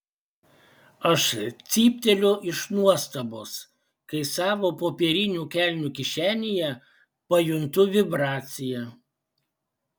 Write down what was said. aš cypteliu iš nuostabos kai savo popierinių kelnių kišenėje pajuntu vibraciją